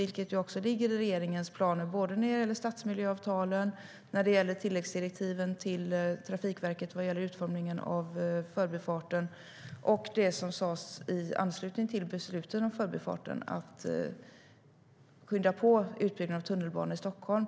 Det ligger i regeringens planer när det gäller såväl stadsmiljöavtalen som tilläggsdirektiven till Trafikverket, utformningen av Förbifarten och det som sas i anslutning till besluten om denna att skynda på utbyggnaden av tunnelbanan i Stockholm.